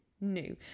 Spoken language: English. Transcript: new